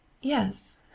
Yes